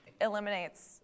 eliminates